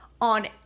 on